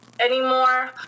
anymore